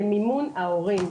במימון ההורים.